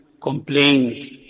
complains